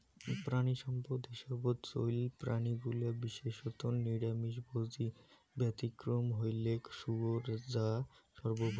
প্রাণীসম্পদ হিসাবত চইল প্রাণীগুলা বিশেষত নিরামিষভোজী, ব্যতিক্রম হইলেক শুয়োর যা সর্বভূক